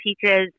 teaches